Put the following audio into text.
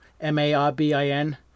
M-A-R-B-I-N